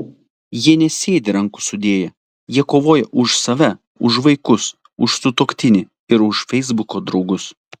jie nesėdi rankų sudėję jie kovoja už save už vaikus už sutuoktinį ir už feisbuko draugus